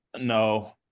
No